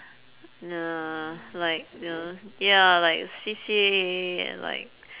nah like you know ya like C_C_A and like